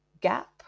gap